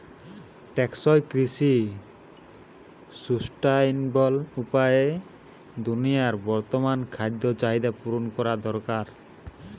টেকসই কৃষি সুস্টাইনাবল উপায়ে দুনিয়ার বর্তমান খাদ্য চাহিদা পূরণ করা দরকার